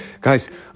guys